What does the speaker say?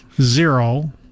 zero